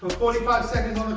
ah forty five seconds